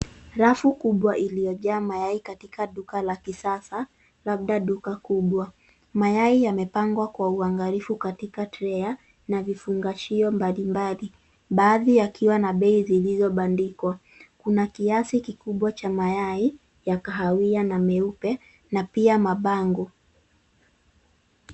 Rafu kubwa iliojaa mayai katika duka la kisasa labda duka kubwa mayai yamepangwa kwa uangalifu katika trei na vifungashio mbalimbali baadhi yakiwa na bei zilizobandikwa kuna kiasi kikubwa cha mayai ya kahawia na myeupe na pia mabango.